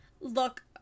look